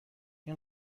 این